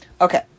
Okay